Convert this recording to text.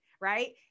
right